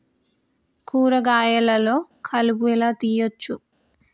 కూరగాయలలో కలుపు ఎలా తీయచ్చు?